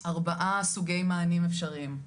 ארבעה סוגי מענים אפשריים.